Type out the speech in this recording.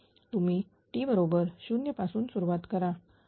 तुम्ही t बरोबर 0 पासून सुरुवात करा